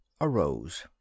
arose